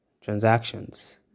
transactions